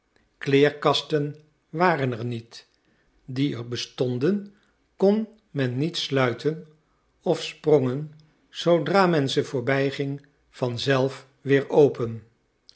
kleerkasten waren er niet die er bestonden kon men niet sluiten of sprongen zoodra men ze voorbij ging van zelf weer open